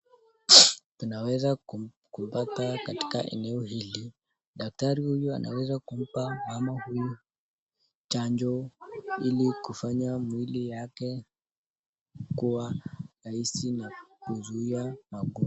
Tunaweza kupata katika eneo hili, daktari huyu anaweza kumpa mama huyu chanjo ili kufanya mwili yake kuwa rahisi na kuzuia magonjwa.